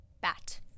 bat